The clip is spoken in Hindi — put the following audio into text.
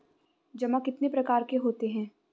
जमा कितने प्रकार के होते हैं?